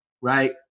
right